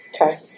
Okay